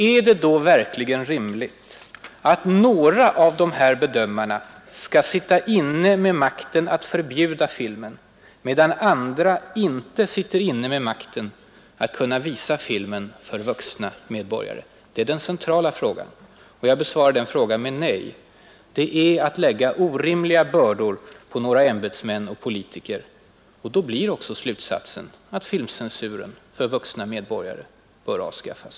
Är det då verkligen rimligt att några av de här bedömarna skall sitta inne med makten att förbjuda filmen, medan andra inte sitter inne med makten att kunna visa filmen för vuxna medborgare? Jag besvarar den frågan med nej. Det är att lägga orimliga bördor på några ämbetsmän och politiker. Då blir också slutsatsen att filmcensuren för vuxna medborgare bör avskaffas.